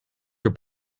your